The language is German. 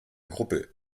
gruppe